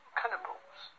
cannibals